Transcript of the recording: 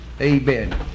Amen